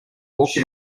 walk